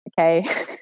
okay